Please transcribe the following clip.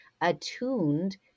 attuned